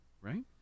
right